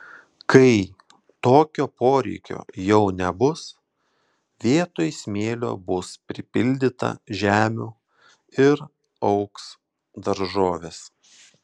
kai tokio poreikio jau nebus vietoj smėlio bus pripildyta žemių ir augs daržovės